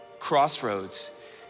Crossroads